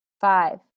five